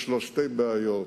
יש לו שתי בעיות,